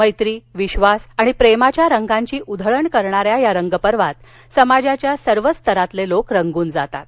मैत्री विश्वास मस्ती आणि प्रेमाच्या रंगांची उधळण करणाऱ्या या रंगपर्वात समाजाच्या सर्वच स्तरातले लोक रंगून जातात